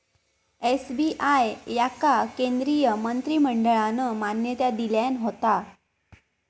SBI याका केंद्रीय मंत्रिमंडळान मान्यता दिल्यान होता